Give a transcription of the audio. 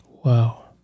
Wow